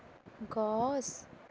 গছ